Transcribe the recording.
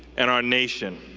and our nation.